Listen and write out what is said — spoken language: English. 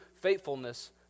faithfulness